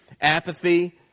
apathy